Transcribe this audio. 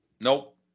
Nope